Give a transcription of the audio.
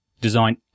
design